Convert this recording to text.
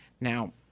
Now